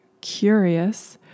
curious